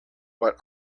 what